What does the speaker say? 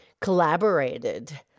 collaborated